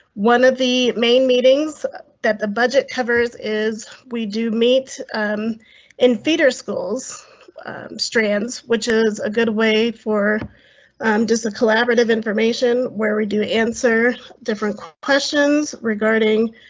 one of the main meetings that the budget covers is we do meet in feeder schools strands, which is a good way for just a collaborative information where we do answer different questions regarding